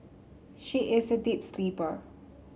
she is a deep sleeper